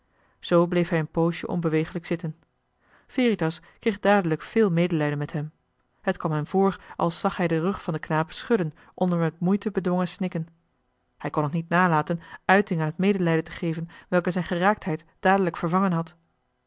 zoo bleef hij een poosje onbeweeglijk zitten veritas kreeg dadelijk veel medelijden met hem het kwam hem voor als zag hij den rug van den knaap schudden onder met moeite bedwongen snikken hij kon het niet nalaten uiting aan het medelijden te geven welke zijn geraaktheid dadelijk vervangen had